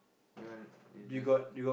you want you just